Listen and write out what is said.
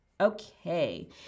okay